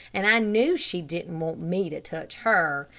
and i knew she didn't want me to touch her,